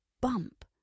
bump